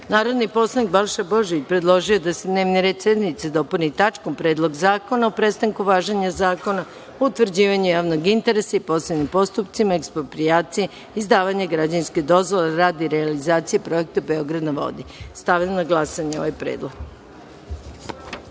predlog. Narodni poslanik Balša Božović, predložio je da se dnevni red sednice dopuni tačkom - Predlog zakona o prestanku važenja Zakona o utvrđivanju javnog interesa i posebnim postupcima eksproprijacije i izdavanja građevinske dozvole radi realizacije projekta „Beograd na vodi“.Stavljam na glasanje ovaj